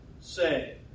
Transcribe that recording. say